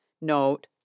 NOTE